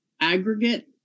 aggregate